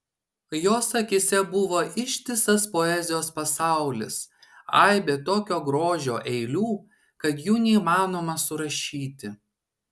jos akyse buvo ištisas poezijos pasaulis aibė tokio grožio eilių kad jų neįmanoma surašyti